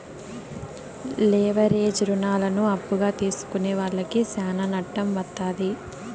leverage రుణాలను అప్పుగా తీసుకునే వాళ్లకి శ్యానా నట్టం వత్తాది